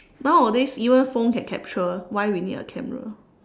nowadays even phone can capture why we need a camera